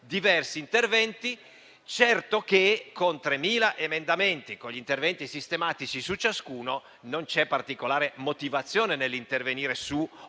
diversi interventi. Certo, con 3.000 emendamenti e con gli interventi sistematici su ciascuno, non c'è particolare motivazione nell'intervenire su